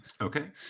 Okay